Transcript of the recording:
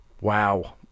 Wow